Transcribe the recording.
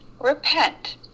repent